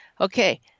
okay